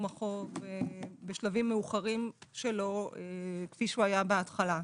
החוב בשלבים מאוחרים שלו כפי שהוא היה בהתחלה,